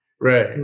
Right